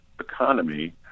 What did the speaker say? economy